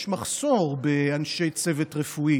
יש מחסור באנשי צוות רפואי